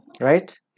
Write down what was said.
right